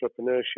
entrepreneurship